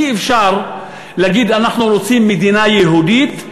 אי-אפשר להגיד: אנחנו רוצים מדינה יהודית,